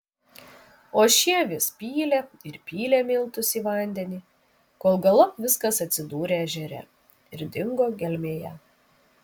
o šie vis pylė ir pylė miltus į vandenį kol galop viskas atsidūrė ežere ir dingo gelmėje